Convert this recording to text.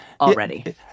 already